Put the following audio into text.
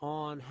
on